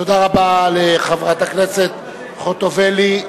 תודה רבה לחברת הכנסת חוטובלי.